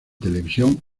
televisión